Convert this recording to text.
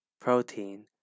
protein